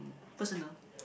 personal